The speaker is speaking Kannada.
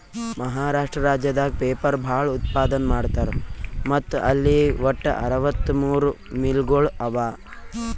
ಮಹಾರಾಷ್ಟ್ರ ರಾಜ್ಯದಾಗ್ ಪೇಪರ್ ಭಾಳ್ ಉತ್ಪಾದನ್ ಮಾಡ್ತರ್ ಮತ್ತ್ ಅಲ್ಲಿ ವಟ್ಟ್ ಅರವತ್ತಮೂರ್ ಮಿಲ್ಗೊಳ್ ಅವಾ